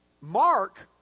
Mark